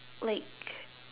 like